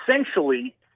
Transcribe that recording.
essentially